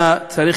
היה צריך,